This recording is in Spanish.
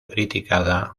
criticada